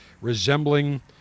resembling